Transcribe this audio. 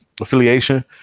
affiliation